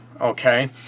okay